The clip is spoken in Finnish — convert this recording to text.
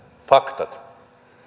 faktat